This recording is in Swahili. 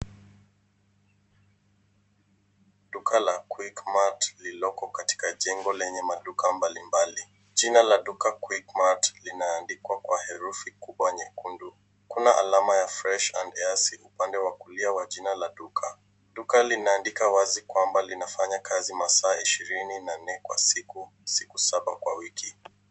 Duka la Quick Mart lililoko katika jengo lenye maduka mbalimbali. Jina la duka Quick Mart linaandikwa kwa herufi kubwa nyekundu. Kuna alama ya fresh and easy upande wa kulia wa jina la duka. Duka linaandika wazi kwamba linafanya kazi masaa ishirini na nne kwa siku, siku saba kwa wiki.